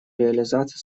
реализация